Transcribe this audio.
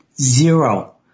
zero